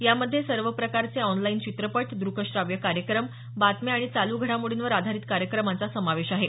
यामध्ये सर्व प्रकारचे ऑनलाईन चित्रपट दृक श्राव्य कार्यक्रम बातम्या आणि चालू घडामोडींवर आधारीत कार्यक्रमांचा समावेश आहे